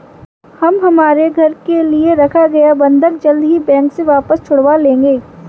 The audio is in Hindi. हम हमारे घर के लिए रखा गया बंधक जल्द ही बैंक से वापस छुड़वा लेंगे